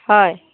হয়